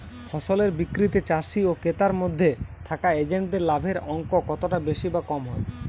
ফসলের বিক্রিতে চাষী ও ক্রেতার মধ্যে থাকা এজেন্টদের লাভের অঙ্ক কতটা বেশি বা কম হয়?